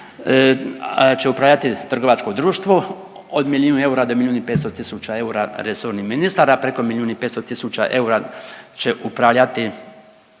će upravljati trgovačko društvo, od milijun eura do milijun i 500 tisuća eura resorni ministar, a preko milijun i 500 tisuća eura će upravljati